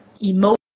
Emotional